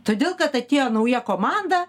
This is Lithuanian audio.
todėl kad atėjo nauja komanda